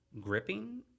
gripping